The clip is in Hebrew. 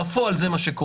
אבל בפועל זה מה שקורה.